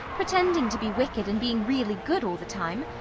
pretending to be wicked and being really good all the time.